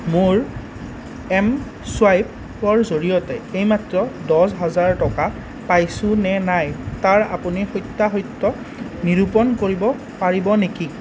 মোৰ M swiper জৰিয়তে এইমাত্ৰ দহ হাজাৰ টকা পাইছো নে নাই তাৰ আপুনি সত্যাসত্য নিৰূপণ কৰিব পাৰিব নেকি